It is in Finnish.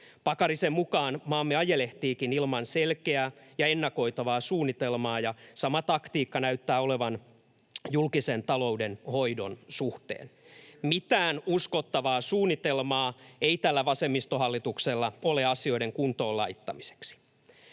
Pakarisen mukaan maamme ajelehtiikin ilman selkeää ja ennakoitavaa suunnitelmaa ja sama taktiikka näyttää olevan julkisen talouden hoidon suhteen: ”Mitään uskottavaa suunnitelmaa ei tällä vasemmistohallituksella ole asioiden kuntoon laittamiseksi.”